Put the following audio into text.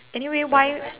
anyway why